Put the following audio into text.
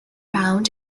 found